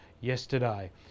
yesterday